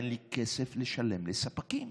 אין לי כסף לשלם לספקים,